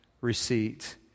receipt